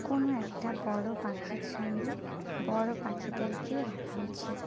কোনো একটা বড় পাখির সঙ্গে বড় পাখিদেরকেই রাখা উচিত